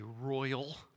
royal